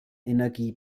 energie